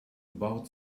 about